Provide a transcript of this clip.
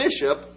bishop